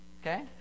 okay